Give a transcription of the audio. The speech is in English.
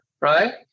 right